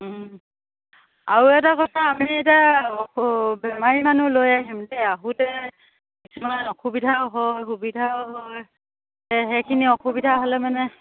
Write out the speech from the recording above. আৰু এটা কথা আমি এতিয়া বেমাৰী মানুহ লৈ আহিম দেই আহোঁতে কিছুমান অসুবিধাও হয় সুবিধাও হয় সেইখিনি অসুবিধা হ'লে মানে